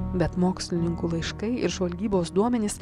bet mokslininkų laiškai ir žvalgybos duomenys